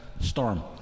Storm